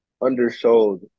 undersold